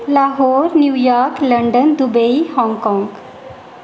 Lahore New York London Dubai Hong Kong